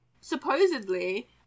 Supposedly